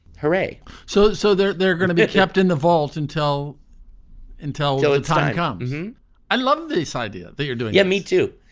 hurray so so they're they're going to be kept in the vault until until the time comes i love this idea that you're doing. yeah me too.